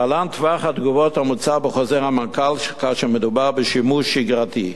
להלן טווח התגובות המוצע בחוזר המנכ"ל כאשר מדובר בשימוש שגרתי.